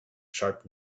sharp